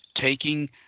taking